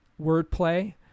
wordplay